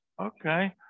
Okay